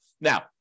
now